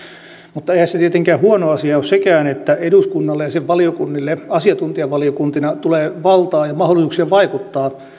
mutta eihän tietenkään huono asia ole sekään että eduskunnalle ja sen valiokunnille asiantuntijavaliokuntina tulee valtaa ja mahdollisuuksia vaikuttaa